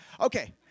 Okay